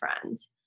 friends